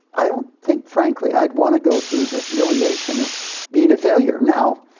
i don't think frankly i'd want to go through the humiliation of being a failure. now,